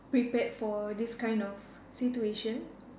prepared for this kind of situation